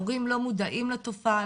מורים לא מודעים לתופעה,